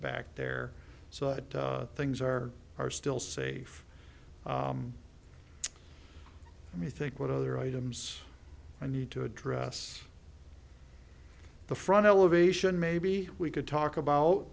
back there so things are are still safe i mean i think what other items i need to address the front elevation maybe we could talk about